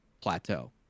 plateau